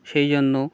সেই জন্য